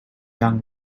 young